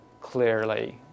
clearly